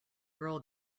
girl